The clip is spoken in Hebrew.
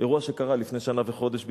אירוע שקרה לפני שנה וחודש בדיוק,